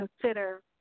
consider